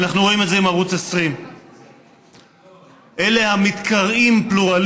ואנחנו רואים את זה עם ערוץ 20. אלה המתקראים פלורליסטים,